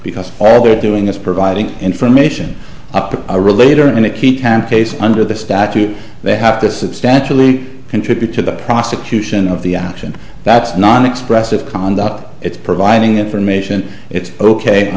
because all they're doing is providing information up to a relator and it keep cam pace under the statute they have to substantially contribute to the prosecution of the action that's non expressive conduct it's providing information it's ok